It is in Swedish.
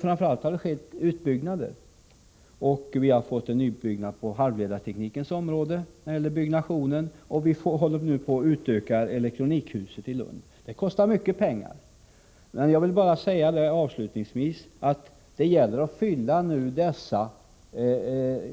Framför allt har det skett utbyggnader, bl.a. på halvledarteknikens område, och vi håller på att utöka elektronikhuset i Lund. Detta kostar mycket pengar. Jag vill emellertid avslutningsvis säga att det gäller att fylla dessa